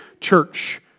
church